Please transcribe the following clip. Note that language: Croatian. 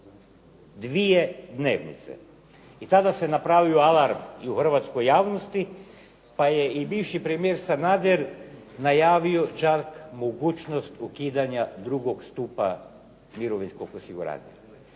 dvije dnevnice. I tada se napravio alarm i u hrvatskoj javnosti pa je i bivši premijer Sanader najavio čak mogućnost ukidanja drugog stupa mirovinskog osiguranja.